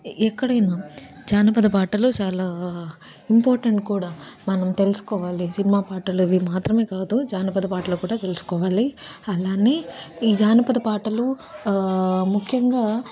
ఎక్కడైనా జానపద పాటలు చాలా ఇంపార్టెంట్ కూడా మనం తెలుసుకోవాలి సినిమా పాటలు అవి మాత్రమే కాదు జానపద పాటలు కూడా తెలుసుకోవాలి అలానే ఈ జానపద పాటలు ముఖ్యంగా